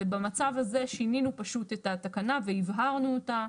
ובמצב הזה שינינו פשוט את התקנה והבהרנו אותה.